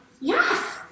yes